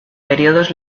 periodos